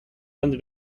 under